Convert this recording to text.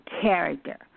character